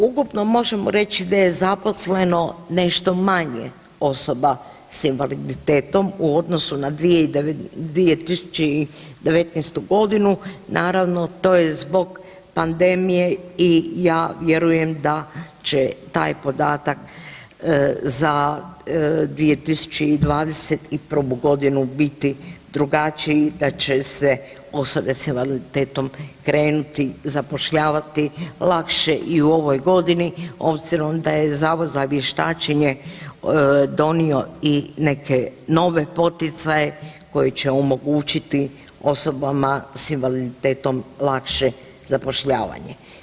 Ukupno možemo reći da je zaposleno nešto manje osoba s invaliditetom u odnosu na 2019. godinu, naravno to je zbog pandemije i ja vjerujem da će taj podatak za 2021. godinu biti drugačiji da će se osobe s invaliditetom krenuti zapošljavati lakše i u ovoj godini obzirom da je Zavod za vještačenje donio i neke nove poticaje koji će omogućiti osobama s invaliditetom lakše zapošljavanje.